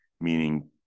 meaning